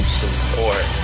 support